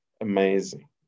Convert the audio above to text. amazing